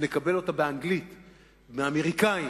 ונקבל אותה באנגלית מהאמריקנים,